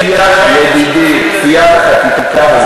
אבל עוד